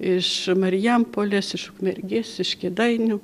iš marijampolės iš ukmergės iš kėdainių